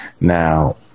Now